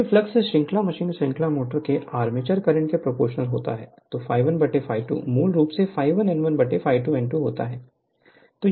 क्योंकि फ्लक्स श्रृंखला मशीन श्रृंखला मोटर में आर्मेचर करंट के प्रोपोर्शनल होता है ∅1 ∅2 मूल रूप से ∅1n1 ∅2n2 होता है